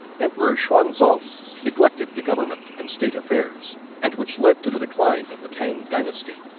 emperor xuanzong neglected the government and state affairs and which led to the decline of the tang dynasty.